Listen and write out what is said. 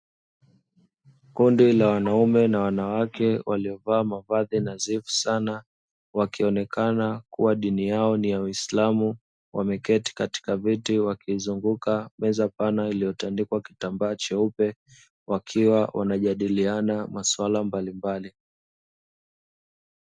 Kundi la wanaume na wanawake waliovaa mavazi nadhifu sana, wakionekana kuwa dini yao ni ya uislamu wameketi katika viti wakiizunguka meza pana iliyotandikwa kitambaa cheupe, wakiwa wanajadiliana maswala mbalimbali.